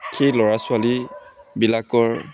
সেই ল'ৰা ছোৱালীবিলাকৰ